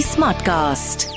Smartcast